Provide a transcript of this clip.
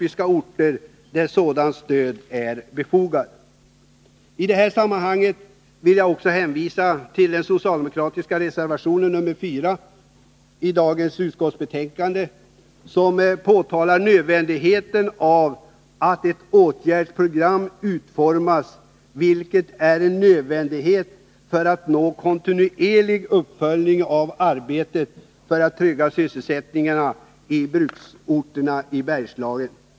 I detta sammanhang vill jag också hänvisa till den socialdemokratiska reservationen nr 4, som är fogad vid det utskottsbetänkande som vi i dag behandlar och som pekar på att det är nödvändigt att utforma ett åtgärdsprogram för att nå en kontinuerlig uppföljning av arbetet och trygga sysselsättningen på bruksorterna i Bergslagen.